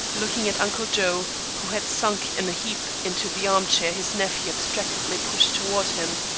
looking at uncle joe, who had sunk in a heap into the arm-chair his nephew abstractedly pushed toward him.